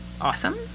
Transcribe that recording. awesome